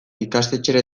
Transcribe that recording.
ikastetxera